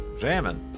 jamming